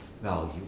value